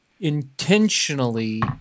intentionally